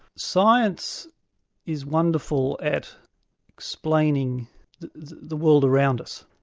science is wonderful at explaining the world around us,